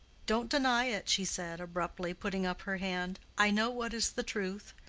don't deny it, she said, abruptly, putting up her hand. i know what is the truth.